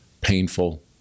painful